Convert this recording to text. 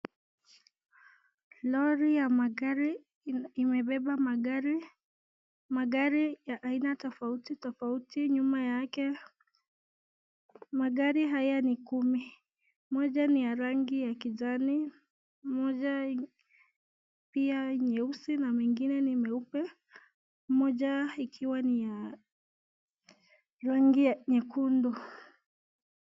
Lori ya magari imebeba magari ya aina tofauti tofauti nyuma yake magari haya ni kumi. Moja ni ya rangi ya kijani ,moja nyeusi na mengine pia ni meupe ,moja ikiwa ni ya rangi nyekundu.